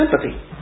Sympathy